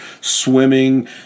swimming